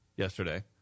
Yesterday